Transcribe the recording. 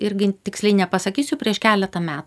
irgi tiksliai nepasakysiu prieš keletą me